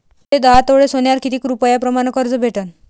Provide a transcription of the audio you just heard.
मले दहा तोळे सोन्यावर कितीक रुपया प्रमाण कर्ज भेटन?